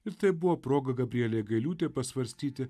ir tai buvo proga gabrielei gailiūtei pasvarstyti